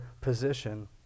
position